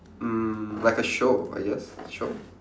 mm like a show I guess show